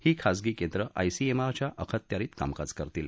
ही खाजगी केंद्र आयसीएमआरच्या अखऱ्यारीत कामकाज करतील